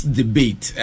debate